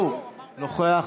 כהן,